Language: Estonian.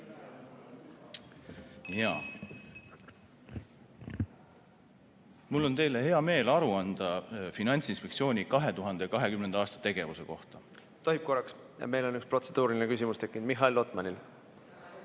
Mul on hea meel teile aru anda Finantsinspektsiooni 2020. aasta tegevuse kohta. Tohib korraks? Meil on üks protseduuriline küsimus tekkinud Mihhail Lotmanil.